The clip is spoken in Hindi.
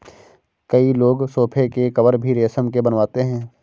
कई लोग सोफ़े के कवर भी रेशम के बनवाते हैं